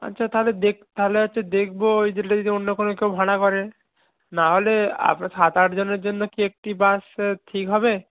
আচ্ছা তাহলে তাহলে হচ্ছে দেখবো ওই ডেটে যদি অন্য কোনো কেউ ভাড়া করে নাহলে সাত আটজনের জন্য কি একটি বাস ঠিক হবে